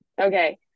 Okay